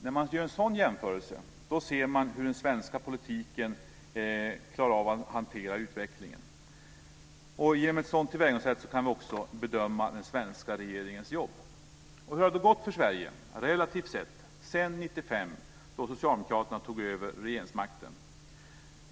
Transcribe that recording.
När man gör en sådan jämförelse ser man hur den svenska politiken klarar av att hantera utvecklingen. Genom ett sådant tillvägagångssätt kan vi också bedöma den svenska regeringens jobb. Hur har det då gått för Sverige relativt sett sedan 1995 då Socialdemokraterna tog över regeringsmakten?